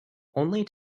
only